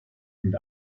und